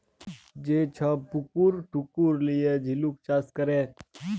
যে ছব পুকুর টুকুর লিঁয়ে ঝিলুক চাষ ক্যরে